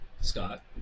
scott